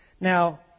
Now